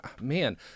man